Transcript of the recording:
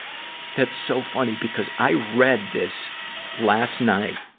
that's so funny, because i read this last night,